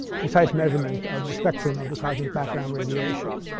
precise measurement of the spectrum of the cosmic background radiation.